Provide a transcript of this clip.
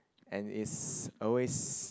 and it's always